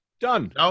Done